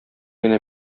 генә